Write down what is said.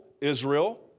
Israel